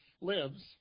lives